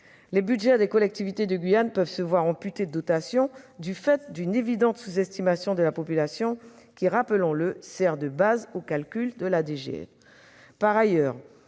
Les budgets des collectivités de Guyane peuvent donc se voir amputer de dotations, du fait d'une évidente sous-estimation de la population, qui sert de base au calcul de la DGF. Par ailleurs,